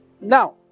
Now